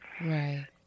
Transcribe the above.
Right